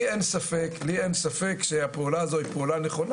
לי אין ספק שהפעולה הזו היא פעולה נכונה,